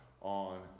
on